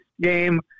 game